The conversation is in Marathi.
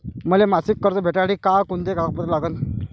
मले मासिक कर्ज भेटासाठी का कुंते कागदपत्र लागन?